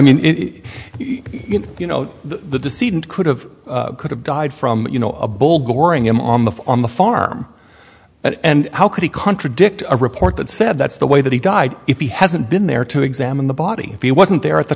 mean you know the dissident could have could have died from you know a bull goring him on the on the farm and how could he contradict a report that said that's the way that he died if he hasn't been there to examine the body he wasn't there at the